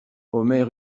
omer